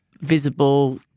visible